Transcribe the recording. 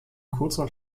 kurzer